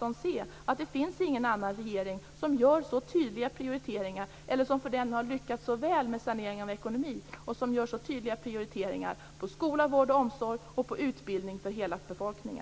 hon se att det inte finns någon annan regering som gör så tydliga prioriteringar eller som för den delen har lyckats så väl med saneringen av ekonomin. Det finns ingen annan regering som gör så tydliga prioriteringar av skola, vård och omsorg och utbildning för hela befolkningen.